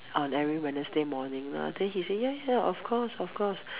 on every Wednesday morning lah then he said ya ya ya of course of course